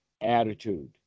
attitude